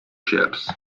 ships